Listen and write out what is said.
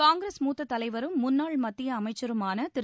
காங்கிரஸ் மூத்த தலைவரும் முன்னாள் மத்திய அமைச்சருமான திரு